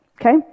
Okay